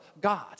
God